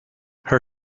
her